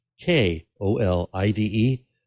K-O-L-I-D-E